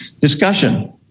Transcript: Discussion